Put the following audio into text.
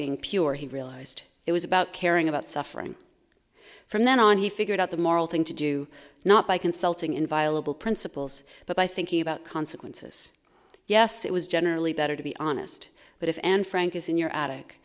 being pure he realized it was about caring about suffering from then on he figured out the moral thing to do not by consulting inviolable principles but by thinking about consequences yes it was generally better to be honest but if and frank is in your attic